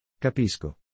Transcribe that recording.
Capisco